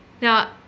now